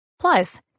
Plus